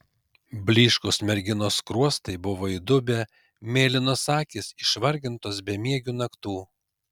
blyškūs merginos skruostai buvo įdubę mėlynos akys išvargintos bemiegių naktų